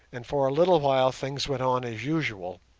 and for a little while things went on as usual,